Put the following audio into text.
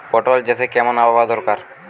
পটল চাষে কেমন আবহাওয়া দরকার?